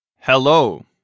Hello